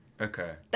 Okay